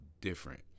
different